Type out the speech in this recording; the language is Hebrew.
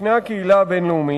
בפני הקהילה הבין-לאומית,